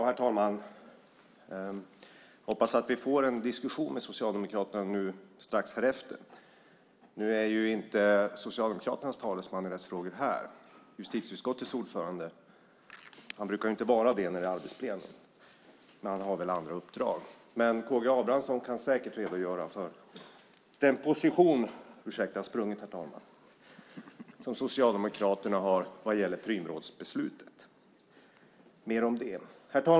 Herr talman! Jag hoppas att vi får en diskussion med Socialdemokraterna strax härefter. Nu är inte Socialdemokraternas talesman i rättsfrågor här - justitieutskottets ordförande. Han brukar inte vara det när det är arbetsplenum. Men han har väl andra uppdrag. Men K G Abramsson kan säkert redogöra för den position som Socialdemokraterna har vad gäller Prümrådsbeslutet. Herr talman!